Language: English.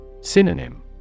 Synonym